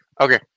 Okay